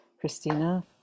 Christina